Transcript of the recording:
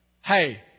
Hey